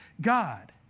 God